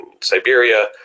Siberia